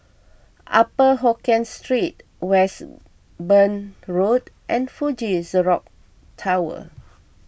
Upper Hokkien Street Westbourne Road and Fuji Xerox Tower